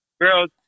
girls